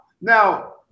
now